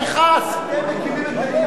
אתם מקימים את מדינת,